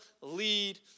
lead